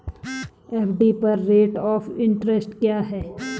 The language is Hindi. एफ.डी पर रेट ऑफ़ इंट्रेस्ट क्या है?